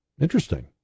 Interesting